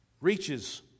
reaches